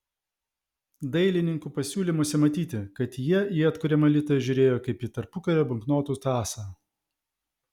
dailininkų pasiūlymuose matyti kad jie į atkuriamą litą žiūrėjo kaip į tarpukario banknotų tąsą